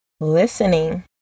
listening